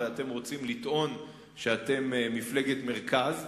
הרי אתם רוצים לטעון שאתם מפלגת מרכז,